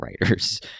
writers